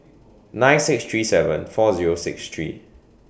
nine six three seven four Zero six three